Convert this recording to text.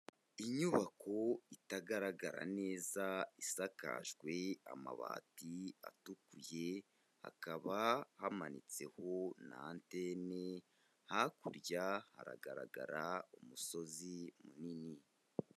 Inyubako itagaragara neza isakajwe amabati atukuye, hakaba hamanitseho n'anteni, hakurya haragaragara umusozi munini.